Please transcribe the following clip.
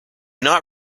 not